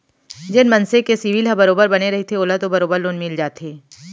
जेन मनसे के सिविल ह बरोबर बने रहिथे ओला तो बरोबर लोन मिल जाथे